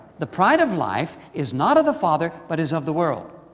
the pride of life is not of the father but is of the world.